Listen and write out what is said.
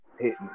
hitting